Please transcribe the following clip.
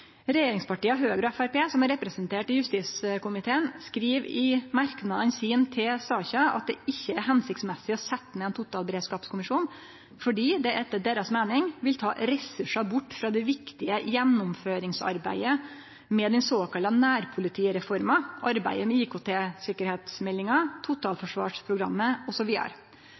Regjeringspartia Høgre og Framstegspartiet, som er representerte i justiskomiteen, skriv i merknadene sine til saka at det ikkje er hensiktsmessig å setje ned ein totalberedskapskommisjon, fordi det etter deira meining vil ta ressursar bort frå det viktige gjennomføringsarbeidet med den såkalla nærpolitireforma, arbeidet med IKT-sikkerheitsmeldinga, Totalforsvarsprogrammet